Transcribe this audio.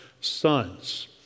sons